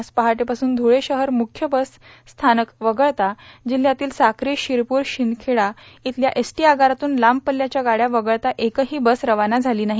आज पहाटेपासून धुळे शहर मुख्य बस स्थानक वगळता जिल्हयातील साकी शिरपूर शिंदखेडा इथल्या एसटी आगारातून लांब पल्ल्याच्या गाडया वगळता एकही बस रवाना झाली नाही